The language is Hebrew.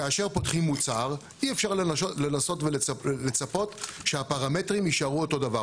כאשר פותחים מוצר אי אפשר לנסות ולצפות שהפרמטרים יישארו אותו דבר.